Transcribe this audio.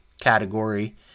category